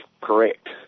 correct